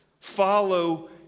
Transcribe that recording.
Follow